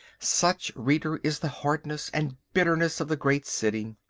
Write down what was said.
such, reader, is the hardness and bitterness of the great city.